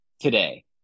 today